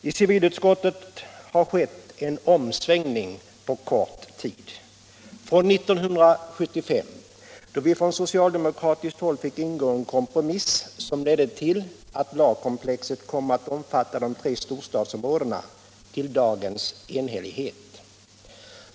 I civilutskottet har skett en omsvängning på relativt kort tid, nämligen från 1975 — då vi från socialdemokratiskt håll fick ingå en kompromiss som ledde till att lagkomplexet kom att omfatta de tre storstadsområdena — till dagens enhällighet.